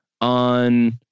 on